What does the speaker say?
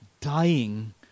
dying